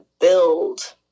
build